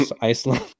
Iceland